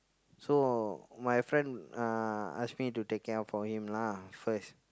so my friend uh ask me to take care for him lah at first